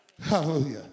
Hallelujah